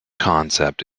concept